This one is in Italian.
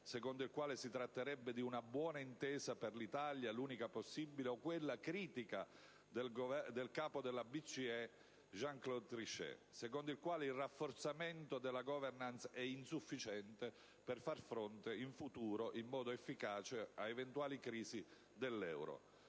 secondo il quale si tratterebbe di una buona intesa per l'Italia, l'unica possibile, o quella critica del capo della BCE Jean Claude Trichet, secondo il quale il rafforzamento della *governance* è insufficiente per far fronte in futuro in modo efficace ad eventuali crisi dell'euro.